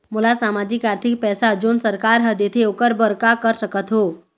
मोला सामाजिक आरथिक पैसा जोन सरकार हर देथे ओकर बर का कर सकत हो?